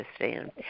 understand